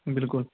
بالکل